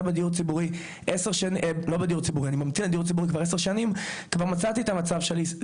לדיור ציבורי כבר עשר שנים כבר מצאתי את המצב שלי,